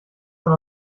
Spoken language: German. dann